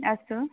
अस्तु